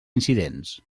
incidents